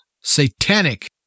satanic